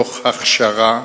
תוך הכשרה,